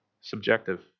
Subjective